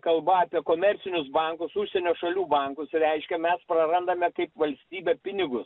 kalba apie komercinius bankus užsienio šalių bankus reiškia mes prarandame kaip valstybė pinigus